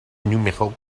numéro